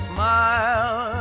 Smile